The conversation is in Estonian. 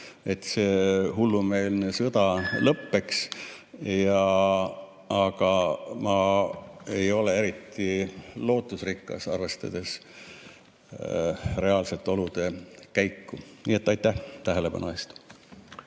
et see hullumeelne sõda lõppeks. Aga ma ei ole eriti lootusrikas, arvestades reaalsete olude käiku. Nii et aitäh tähelepanu eest!